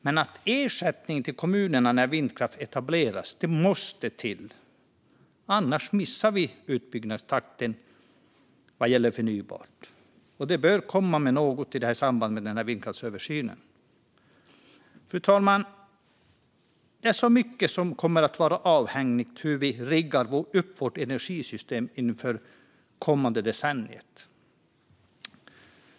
Men ersättning till kommuner när vindkraft etableras måste till, annars missar vi utbyggnadstakten vad gäller förnybart. Det bör komma något om det i samband med vindkraftsöversynen. Fru talman! Det är så mycket som kommer att vara avhängigt av hur vi riggar upp vårt energisystem inför det kommande decenniet.